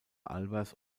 albers